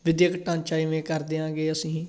ਵਿੱਦਿਅਕ ਢਾਂਚਾ ਇਵੇਂ ਕਰ ਦਿਆਂਗੇ ਅਸੀਂ